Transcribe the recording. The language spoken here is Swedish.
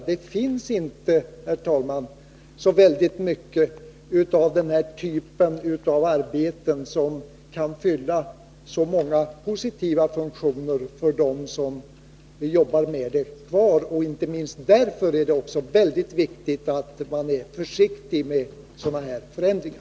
Det finns inte, herr talman, så många arbeten som kan fylla dessa positiva funktioner. Därför är det mycket viktigt att man är försiktig med sådana här förändringar.